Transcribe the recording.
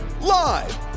Live